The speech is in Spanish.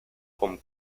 con